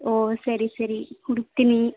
ಓಹ್ ಸರಿ ಸರಿ ಹುಡುಕ್ತೀನಿ